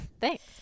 Thanks